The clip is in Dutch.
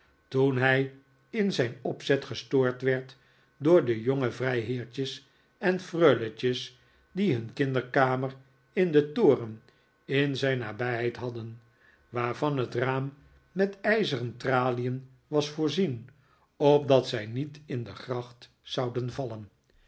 toen hij in zijn opzet gestoord werd door de jonge vrijheertjes en freuletjes die hun kinderkamer in een toren in zijn nabijheid hadden waarvan het raam met ijzeren tralien was voorzien opdat zij niet in de gracht zouden vallen